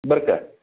बरं का